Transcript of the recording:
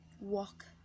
Walk